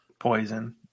Poison